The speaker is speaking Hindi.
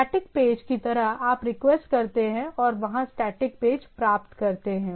स्टैटिक पेज की तरह आप रिक्वेस्ट करते हैं और वहाँ स्टैटिक पेज प्राप्त करते हैं